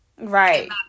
Right